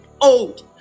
old